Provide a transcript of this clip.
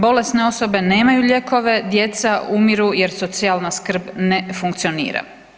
Bolesne osobe nemaju lijekove, djeca umiru jer socijalna skrb ne funkcionira.